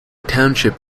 township